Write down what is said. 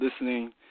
listening